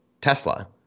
Tesla